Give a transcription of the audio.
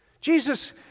Jesus